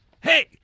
Hey